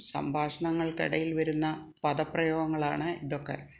സംഭാഷണങ്ങൾക്കിടയിൽ വരുന്ന പദപ്രയോഗങ്ങളാണ് ഇതൊക്കെ